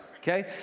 Okay